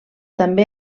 també